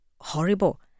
horrible